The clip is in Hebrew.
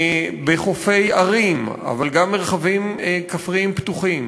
בחופי ערים, אבל גם במרחבים כפריים פתוחים,